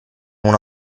una